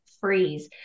freeze